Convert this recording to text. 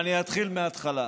אני אתחיל מההתחלה.